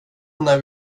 när